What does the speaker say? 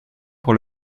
pour